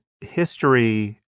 history